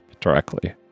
directly